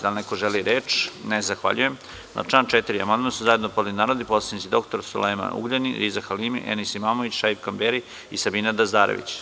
Da li neko želi reč? (Ne.) Na član 4. amandman su zajedno podneli narodni poslanici dr Sulejman Ugljanin, Riza Halimi, Enis Imamović, Šaip Kamberi i Sabina Dazdarević.